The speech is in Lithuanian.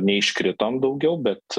neiškritom daugiau bet